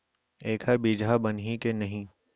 एखर बीजहा बनही के नहीं?